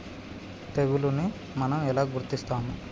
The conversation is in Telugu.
తెగులుని మనం ఎలా గుర్తిస్తాము?